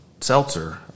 seltzer